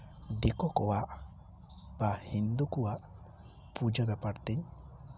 ᱫᱤᱠᱩ ᱠᱚᱣᱟᱜ ᱵᱟ ᱦᱤᱱᱫᱩ ᱠᱚᱣᱟᱜ ᱯᱩᱡᱟᱹ ᱵᱮᱯᱟᱨ ᱛᱮᱧ